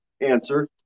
Answer